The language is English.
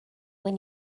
when